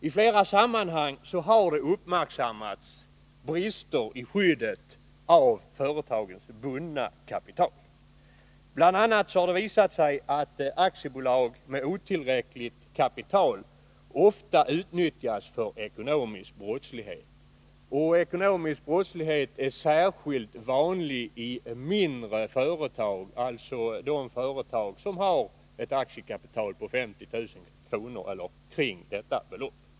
I flera sammanhang har man uppmärksammat brister i skyddet av företagets bundna kapital. Det har bl.a. visat sig att aktiebolag med otillräckligt kapital ofta utnyttjas för ekonomisk brottslighet. Och ekonomisk brottslighet är särskilt vanlig i mindre företag, alltså företag som har aktiekapital på ca 50 000 kr.